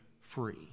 free